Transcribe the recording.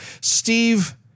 Steve